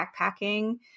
backpacking